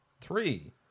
Three